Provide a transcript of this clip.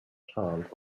chant